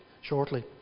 shortly